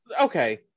okay